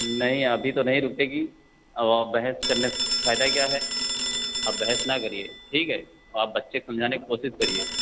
नहीं अभी तो नहीं रुकेगी अब आप बहस करने से फायदा क्या है आप बहस ना करिए ठीक है आप बच्चे को समझाने की कोशिश करिए